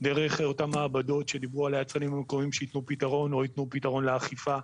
דרך אותן מעבדות שדיברו עליה --- שיתנו פתרון או יתנו פתרון לאכיפה.